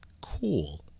Cool